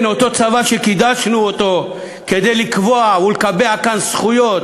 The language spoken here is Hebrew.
כן, אותו צבא שקידשנו כדי לקבוע ולקבע כאן זכויות,